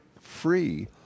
free